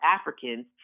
Africans